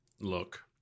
Look